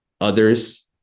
Others